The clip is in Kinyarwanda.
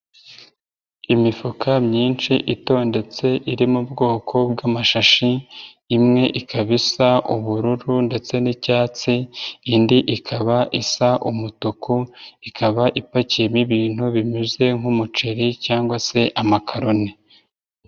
Imifuka myinshi itondetse iri mu bwoko bw'amashashi, imwe ikaba isa ubururu ndetse n'icyatsi, indi ikaba isa umutuku ikaba ipakiyemo ibintu bimeze nk'umuceri cyangwa se amakaroni.